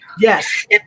Yes